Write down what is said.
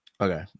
Okay